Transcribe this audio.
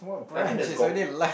I think there's gong~